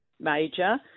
major